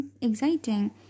exciting